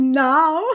now